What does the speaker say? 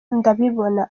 ndabibona